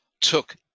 took